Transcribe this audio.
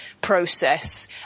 process